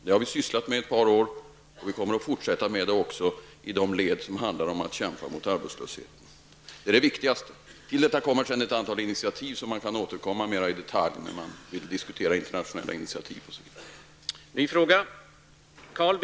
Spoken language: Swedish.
Det har vi sysslat med i ett par år, och vi kommer att fortsätta med det också i de led där det handlar om att kämpa mot arbetslösheten. Till detta kommer sedan ett antal initiativ, som man kan återkomma till mera i detalj när man vill diskutera internationella initiativ osv.